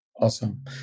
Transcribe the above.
Awesome